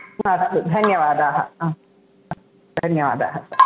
अस्तु धन्यवादाः आं हा धन्यवादाः सर्